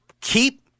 keep